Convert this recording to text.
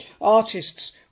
artists